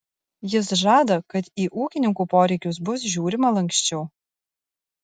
jis žada kad į ūkininkų poreikius bus žiūrima lanksčiau